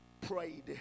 prayed